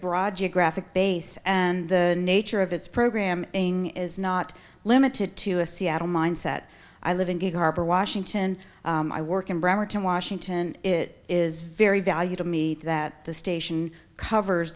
broad geographic base and the nature of its program aying is not limited to a seattle mindset i live in gig harbor washington i work in bremerton washington it is very value to me that the station covers